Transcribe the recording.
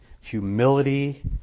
humility